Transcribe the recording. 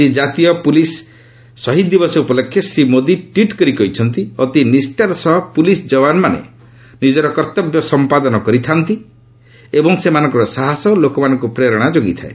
ଆଜି ଜାତୀୟ ପୁଲିସ୍ ସ୍କାରକୀ ଦିବସ ଉପଲକ୍ଷେ ଶ୍ରୀ ମୋଦୀ ଟ୍ୱିଟ୍ କରି କହିଚ୍ଚନ୍ତି ଅତି ନିଷାର ସହ ପ୍ରଲିସ୍ ଯବାନମାନେ ନିଜର କର୍ତ୍ତବ୍ୟ ସମ୍ପାଦନ କରିଥାନ୍ତି ଏବଂ ସେମାନଙ୍କର ସାହସ ଲୋକମାନଙ୍କୁ ପ୍ରେରଣା ଯୋଗାଇଥାଏ